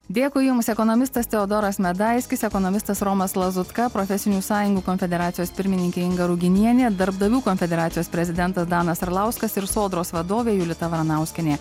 dėkui jums ekonomistas teodoras medaiskis ekonomistas romas lazutka profesinių sąjungų konfederacijos pirmininkė inga ruginienė darbdavių konfederacijos prezidentas danas arlauskas ir sodros vadovė julita varanauskienė